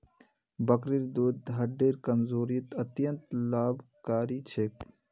बकरीर दूध हड्डिर कमजोरीत अत्यंत लाभकारी छेक